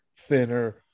thinner